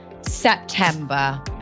September